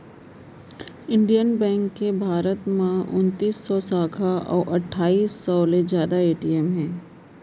Indian bank के भारत म उनतीस सव साखा अउ अट्ठाईस सव ले जादा ए.टी.एम हे